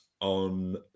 on